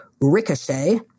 Ricochet